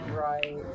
Right